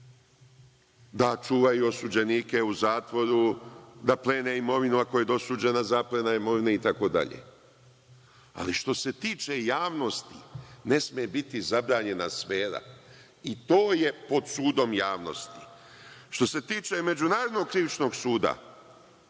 da čuvaju osuđenike u zatvoru, da plene imovinu, ako je dosuđena zaplena imovine itd. Ali, što se tiče javnosti, ne sme biti zabranjena sfera, i to je pod sudom javnosti. Što se tiče Međunarodnog krivičnog suda,